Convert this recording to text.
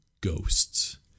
ghosts